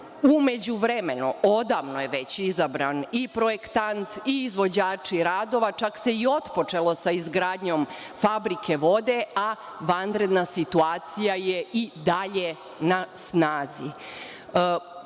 U međuvremenu, odavno je već izabran i projektant i izvođači radova, čak se i otpočelo sa izgradnjom fabrike vode, a vanredna situacija je i dalje na